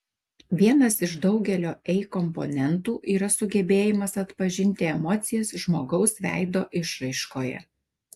vienas iš daugelio ei komponentų yra sugebėjimas atpažinti emocijas žmogaus veido išraiškoje